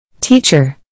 Teacher